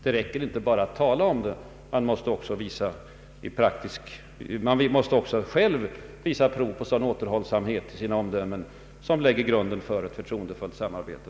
Det räcker inte bara att tala om detta — man måste också själv visa prov på sådan återhållsamhet i sina omdömen att man lägger grunden till ett förtroendefullt samarbete.